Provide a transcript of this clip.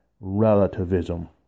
relativism